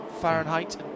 fahrenheit